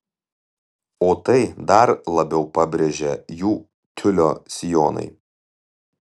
o tai dar labiau pabrėžia jų tiulio sijonai